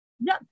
No